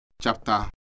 chapter